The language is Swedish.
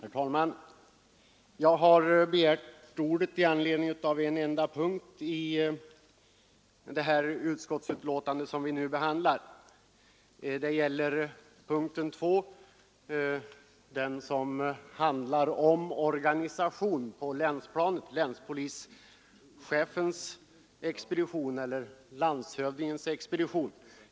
Herr talman! Jag har begärt ordet i anledning av en enda punkt i det utskottsbetänkande som vi nu behandlar. Det gäller punkten 2, som handlar om organisationen på länsplanet — länspolischefens expedition respektive landshövdingens expedition.